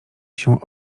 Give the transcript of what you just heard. się